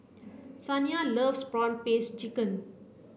Saniya loves prawn paste chicken